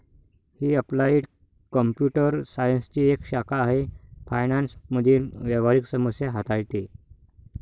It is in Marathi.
ही अप्लाइड कॉम्प्युटर सायन्सची एक शाखा आहे फायनान्स मधील व्यावहारिक समस्या हाताळते